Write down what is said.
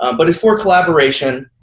um but it's for collaboration.